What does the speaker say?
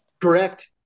Correct